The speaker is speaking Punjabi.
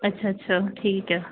ਅੱਛਾ ਅੱਛਾ ਠੀਕ ਆ